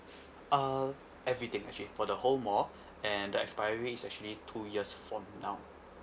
uh everything actually for the whole mall and the expiry is actually two years from now